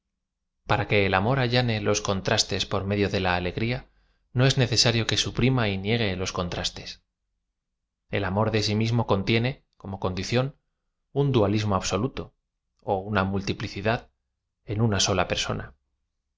a ra qne el amor allane los contrastes por medio de la a le gría no es necesario que suprima y niegue los con trastes l am or de si mismo contiene como condi ción un dualismo absoluto ó una multiplicidad eo una sola persona